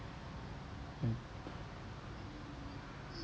mm